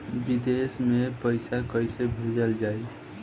विदेश में पईसा कैसे भेजल जाई?